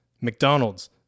McDonald's